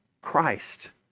Christ